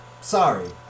Sorry